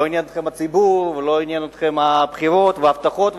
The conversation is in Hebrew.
לא עניין אתכם הציבור ולא עניינו אתכם הבחירות והבטחות,